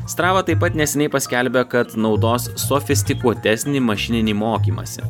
strava taip pat neseniai paskelbė kad naudos sofistikuotesnį mašininį mokymąsi